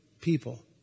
people